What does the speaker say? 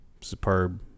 superb